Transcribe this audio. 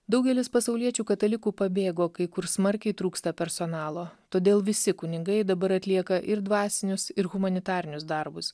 daugelis pasauliečių katalikų pabėgo kai kur smarkiai trūksta personalo todėl visi kunigai dabar atlieka ir dvasinius ir humanitarinius darbus